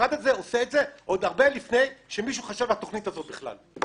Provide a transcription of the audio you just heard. המשרד הזה עושה את זה עוד הרבה לפני שמישהו חשב על התכנית הזאת בכלל.